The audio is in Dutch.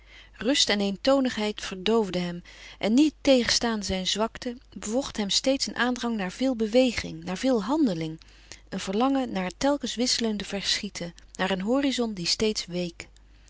rust en eentonigheid verdoofden hem en niettegenstaande zijn zwakte bevocht hem steeds een aandrang naar veel beweging naar veel handeling een verlangen naar telkens wisselende verschieten naar een horizon die steeds week